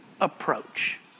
approach